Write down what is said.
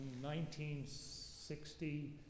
1960